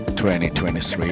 2023